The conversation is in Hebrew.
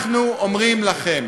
אנחנו אומרים לכם,